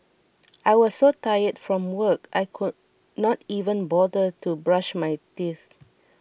I was so tired from work I could not even bother to brush my teeth